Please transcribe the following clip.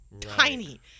tiny